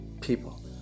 people